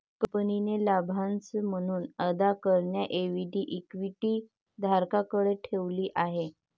कंपनीने लाभांश म्हणून अदा करण्याऐवजी इक्विटी धारकांकडे ठेवली आहे